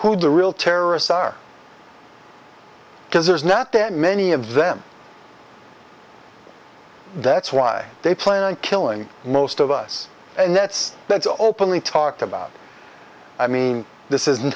who the real terrorists are because there's not that many of them that's why they plan on killing most of us and that's that's openly talked about i mean this isn't